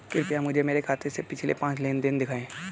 कृपया मुझे मेरे खाते से पिछले पांच लेनदेन दिखाएं